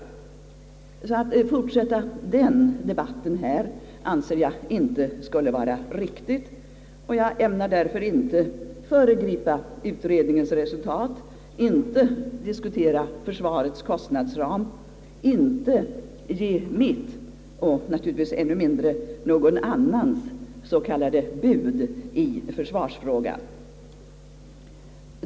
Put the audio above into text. Att fortsätta den debatten här anser jag inte vara riktigt. Jag ämnar inte föregripa utredningens resultat, inte diskutera försvarets kostnadsram, inte ge mitt och naturligtvis ännu mindre någon annans s.k. bud i försvarsfrågan.